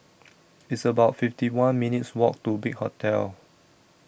It's about fifty one minutes' Walk to Big Hotel